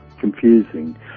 confusing